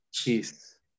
Peace